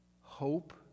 hope